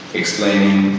explaining